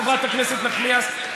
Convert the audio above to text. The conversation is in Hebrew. חברת הכנסת נחמיאס,